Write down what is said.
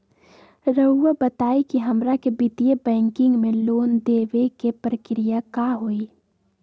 रहुआ बताएं कि हमरा के वित्तीय बैंकिंग में लोन दे बे के प्रक्रिया का होई?